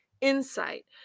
insight